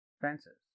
fences